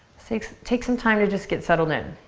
take so take some time to just get settled in.